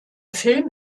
film